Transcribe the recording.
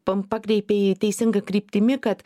pakreipei teisinga kryptimi kad